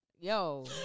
Yo